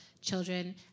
children